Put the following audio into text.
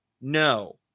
No